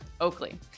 Oakley